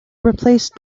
replaced